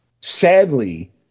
Sadly